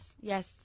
Yes